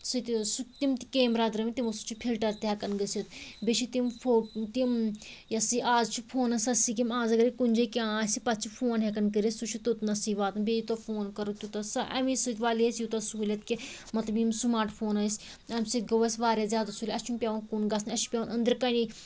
سۭتہِ سُہ تِم تہِ کیمرا درٲمٕتۍ تِمو سۭتۍ چھِ فِلٹَر تہِ ہٮ۪کان گٔژھِتھ بیٚیہِ چھِ تِم فو تِم یہِ ہسا یہِ آز چھِ فونَس سۄ سِکیٖم آز اگرَے کُنہِ جایہِ کیٚنٛہہ آسہِ پتہٕ چھِ فون ہٮ۪کان کٔرِتھ سُہ چھِ توٚتنسٕے واتان بیٚیہِ یوٗتاہ فون کَرو تیوٗتاہ سُہ اَمے سۭتۍ والے اَسہِ یوٗتاہ سُہوٗلِیت کہِ مطلب یِم سٕماٹ فون ٲسۍ اَمہِ سۭتۍ گوٚو اَسہِ وارِیاہ زیادٕ سُہوٗلِیت اَسہِ چھُنہٕ پٮ۪وان کُن گژھَنُے اَسہِ چھِ پٮ۪وان أنٛدرٕ کَنے